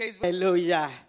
Hallelujah